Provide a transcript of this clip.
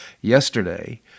yesterday